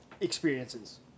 experiences